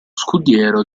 scudiero